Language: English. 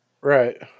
Right